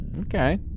Okay